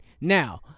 Now